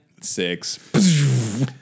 Six